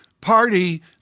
party